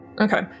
Okay